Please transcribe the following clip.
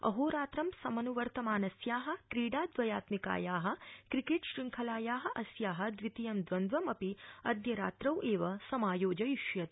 अहोरात्रं समनुवर्तमानस्या क्रीडाउयात्मिकाया क्रिकेट श्रंखलाया अस्या द्वितीयं द्वन्द्वमपि अद्य रात्रौ एव समायोजयिष्यते